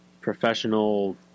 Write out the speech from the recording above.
professional